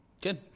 Good